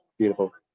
beautiful.